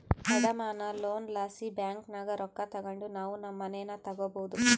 ಅಡಮಾನ ಲೋನ್ ಲಾಸಿ ಬ್ಯಾಂಕಿನಾಗ ರೊಕ್ಕ ತಗಂಡು ನಾವು ನಮ್ ಮನೇನ ತಗಬೋದು